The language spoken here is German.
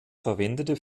verwendete